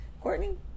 Courtney